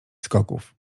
skoków